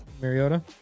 Mariota